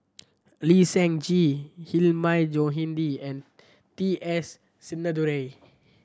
Lee Seng Gee Hilmi Johandi and T S Sinnathuray